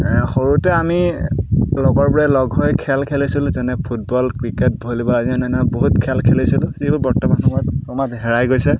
সৰুতে আমি লগৰ বোৰে লগ হৈ খেল খেলিছিলোঁ যেনে ফুটবল ক্ৰিকেট ভলীবল আদি অন্নন্য বহুত খেল খেলিছিলোঁ যিবোৰ বৰ্তমান সময়ত ক্ৰমাত হেৰাই গৈছে